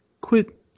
quit